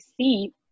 see